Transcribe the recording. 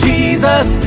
Jesus